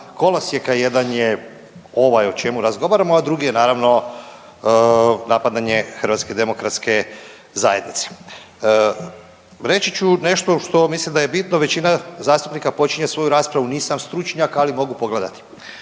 kolosijeka. Jedan je ovaj o čemu razgovaramo, a drugi je naravno napadanje Hrvatske demokratske zajednice. Reći ću nešto što mislim da je bitno. Većina zastupnika počinje svoju raspravu nisam stručnjak, ali mogu pogledati.